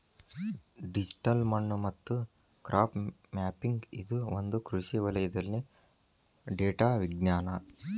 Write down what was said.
digital ಮಣ್ಣು ಮತ್ತು crop mapping ಇದು ಒಂದು ಕೃಷಿ ವಲಯದಲ್ಲಿ ಡೇಟಾ ವಿಜ್ಞಾನ